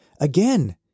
Again